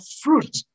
fruit